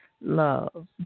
love